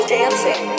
dancing